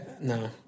No